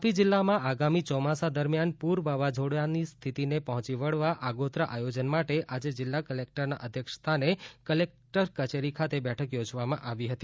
તાપી જિલ્લામાં આગામી ચોમાસા દરમિયાન પુર વાવાઝોડાની સ્થિતિને પહોંચી વળવા આગોતરા આયોજન માટે આજે જિલ્લા કલેકટરના અધ્યક્ષસ્થાને કલેકટર કચેરી ખાતે બેઠક યોજવામાં આવી હતી